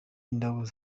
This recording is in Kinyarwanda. indabo